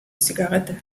zigarette